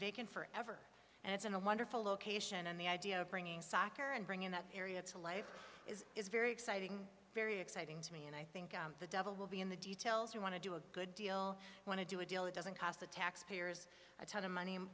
vacant for ever and it's in a wonderful location and the idea of bringing soccer and bring in that area to life is is very exciting very exciting to me and i think the devil will be in the details who want to do a good deal want to do a deal it doesn't cost the taxpayers a ton of money